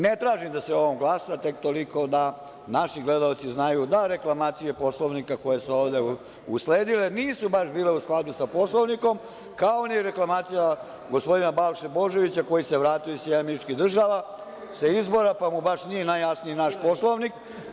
Ne tražim da se o ovom glasa, tek toliko da naši gledaoci znaju da reklamacije Poslovnika koje su ovde usledile nisu baš bile u skladu sa Poslovnikom, kao ni reklamacija gospodina Balše Božovića, koji se vratio iz SAD, sa izbora, pa mu baš nije najjasnije naš Poslovnik.